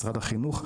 משרד החינוך.